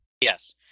Yes